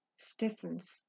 stiffens